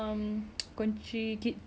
dah tu jer lah saya mampu belikan untuk awak